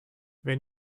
wir